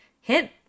hit